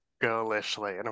girlishly